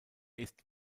ist